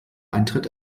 eintritt